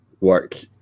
work